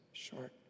Short